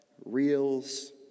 reels